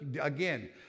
again